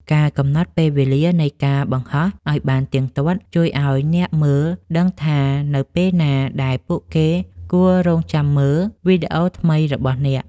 ការកំណត់ពេលវេលានៃការបង្ហោះ ឱ្យបានទៀងទាត់ ជួយឱ្យអ្នកមើលដឹងថានៅពេលណាដែលពួកគេគួររង់ចាំមើលវីដេអូថ្មីរបស់អ្នក។